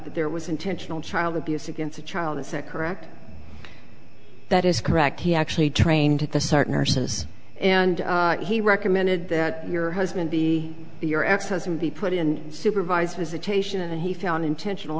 there was intentional child abuse against a child is that correct that is correct he actually trained the saarc nurses and he recommended that your husband be your ex husband be put in supervised visitation and he found intentional